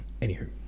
Anywho